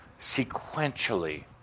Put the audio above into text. sequentially